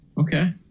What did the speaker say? Okay